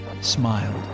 smiled